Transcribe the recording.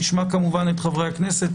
נשמע את חברי הכנסת,